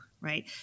right